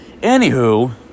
Anywho